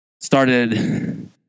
started